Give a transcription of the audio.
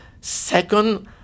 Second